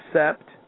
accept